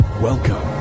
welcome